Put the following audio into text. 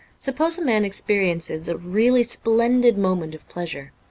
suppose a man experiences a really splendid moment of pleasure.